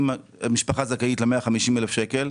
אם משפחה זכאית ל-150,000 שקלים,